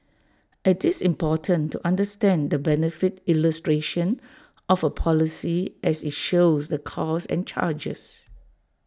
IT is important to understand the benefit illustration of A policy as IT shows the costs and charges